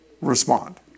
respond